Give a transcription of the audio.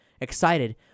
Excited